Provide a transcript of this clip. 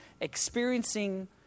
experiencing